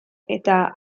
eta